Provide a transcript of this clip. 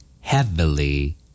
Heavily